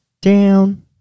down